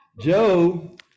Joe